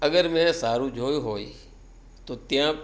અગર મેરે સારું જોયુ હોય તો ત્યાં